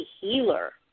healer